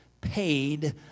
paid